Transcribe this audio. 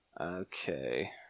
Okay